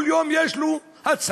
כל יום יש לו הצהרה,